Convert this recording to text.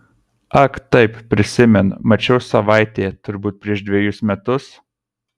ak taip prisimenu mačiau savaitėje turbūt prieš dvejus metus